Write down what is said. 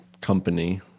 company